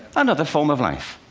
another form of life.